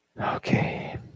Okay